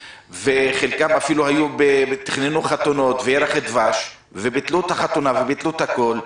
וחלקם אפילו תכננו חתונות וירח דבש אך ביטלו את החתונה וביטלו את הכול.